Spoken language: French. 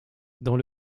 dans